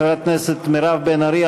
חברת הכנסת מירב בן ארי,